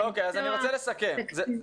תקציבים.